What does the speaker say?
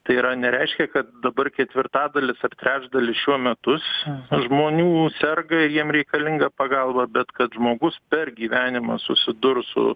tai yra nereiškia kad dabar ketvirtadalis ar trečdalis šiuo metus žmonių serga ir jiem reikalinga pagalba bet kad žmogus per gyvenimą susidurs su